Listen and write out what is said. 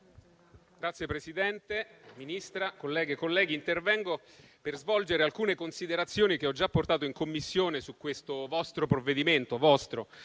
Signor Presidente, Ministra, colleghe e colleghi, intervengo per svolgere alcune considerazioni che ho già portato in Commissione su questo vostro provvedimento,